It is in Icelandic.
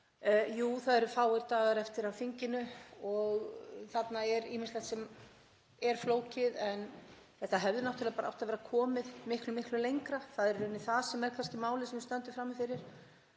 Jú, það eru fáir dagar eftir af þinginu og þarna er ýmislegt sem er flókið en það hefði náttúrlega átt að vera komið miklu lengra. Það er í rauninni það sem er kannski málið sem við stöndum frammi fyrir.